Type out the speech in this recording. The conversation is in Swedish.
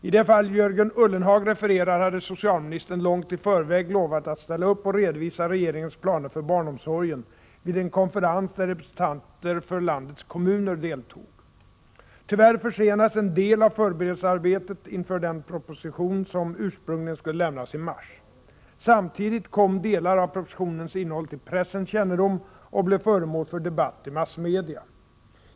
I det fall Jörgen Ullenhag refererar hade socialministern långt i förväg lovat att ställa upp och redovisa regeringens planer för barnomsorgen vid en konferens där representanter för landets kommuner deltog. Tyvärr försena des en del av förberedelsearbetet inför den proposition som ursprungligen skulle lämnas i mars. Samtidigt kom delar av propositionens innehåll till pressens kännedom och blev föremål för debatt i massmedia.